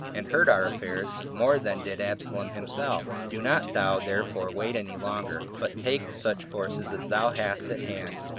and hurt our affairs more than did absalom himself do not thou therefore wait any longer, but take such forces as thou hast at hand,